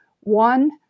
One